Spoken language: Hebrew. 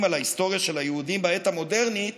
על ההיסטוריה של היהודים בעת המודרנית